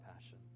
passion